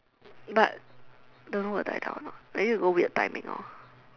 but don't know will die down or not maybe go weird timing lo